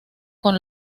con